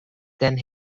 than